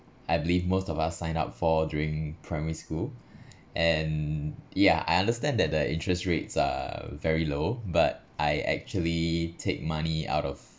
I believe most of us sign up for during primary school and yeah I understand that the interest rates are very low but I actually take money out of